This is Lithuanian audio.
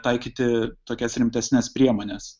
taikyti tokias rimtesnes priemones